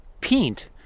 paint